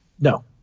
No